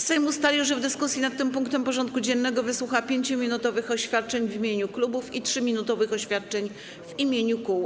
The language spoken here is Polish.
Sejm ustalił, że w dyskusji nad tym punktem porządku dziennego wysłucha 5-minutowych oświadczeń w imieniu klubów i 3-minutowych oświadczeń w imieniu kół.